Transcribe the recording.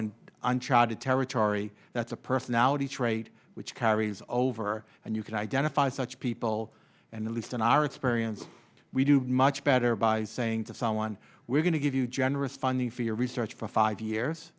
uncharted territory that's a personality trait which carries over and you can identify such people and the least in our experience we do much better by saying to someone we're going to give you generous funding for your research for five years